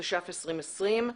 תש"ף-2020.